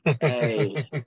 Hey